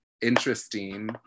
interesting